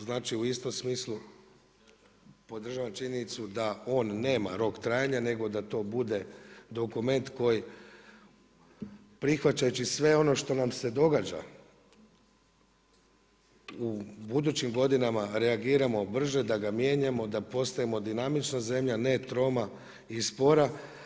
Znači u istom smislu podržavam činjenicu da on nema rok trajanja nego da to bude dokument koji prihvaćajući sve ono što nam se događa u budućim godinama reagiramo brže, da ga mijenjamo, da postajemo dinamična zemlja a ne troma i spora.